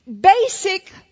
Basic